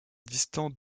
distant